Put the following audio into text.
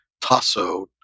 tasso